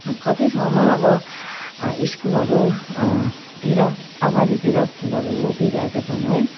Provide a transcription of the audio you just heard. कति ठाउँमा अब स्कुलहरू तिर अगाडितिर फुलहरू रोपिरहेका छन् है